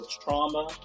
trauma